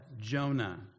Jonah